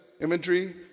imagery